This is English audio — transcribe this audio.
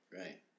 right